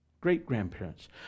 Great-grandparents